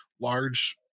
large